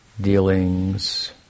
dealings